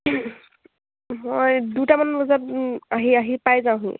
মই দুটামান বজাত আহি আহি পাই যাওঁহি